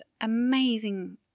amazing